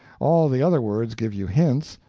all the other words give you hints,